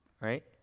right